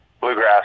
bluegrass